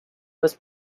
was